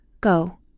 Go